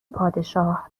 پادشاه